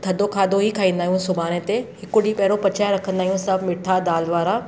थधो खाधो ई खाईंदा आहियूं सुभाणे ते हिकु ॾींहुं पहिरो पचाए रखंदा आहियूं सभु मिठा दाल वारा